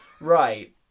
Right